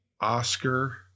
Oscar